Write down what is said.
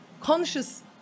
conscious